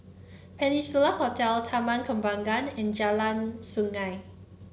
Peninsula Hotel Taman Kembangan and Jalan Sungei